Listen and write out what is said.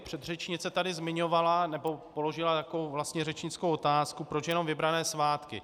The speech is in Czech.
Předřečnice tady zmiňovala, nebo položila takovou vlastně řečnickou otázku, proč jenom vybrané svátky.